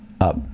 up